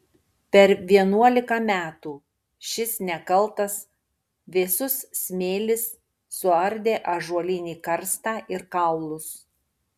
per vienuolika metų šis nekaltas vėsus smėlis suardė ąžuolinį karstą ir kaulus